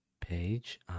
page